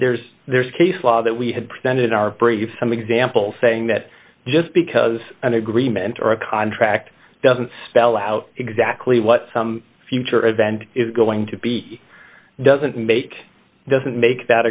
there's there's case law that we have presented are some examples saying that just because an agreement or a contract doesn't spell out exactly what some future event is going to be doesn't make doesn't make that